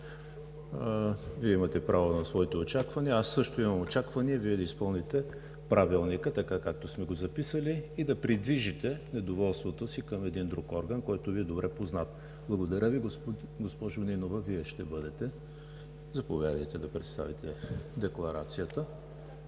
Вие имате право на своите очаквания. Аз също имам очаквания Вие да изпълните Правилника, както сме го записали, и да придвижите недоволството си към един друг орган, който Ви е добре познат. Благодаря Ви. Госпожо Нинова, заповядайте да представите декларацията.